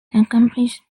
accomplished